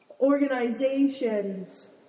organizations